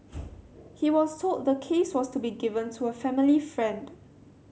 he was told the case was to be given to a family friend